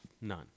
None